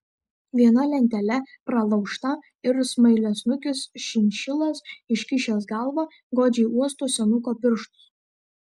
viena lentele pralaužta ir smailiasnukis šinšilas iškišęs galvą godžiai uosto senuko pirštus